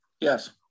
Yes